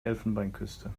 elfenbeinküste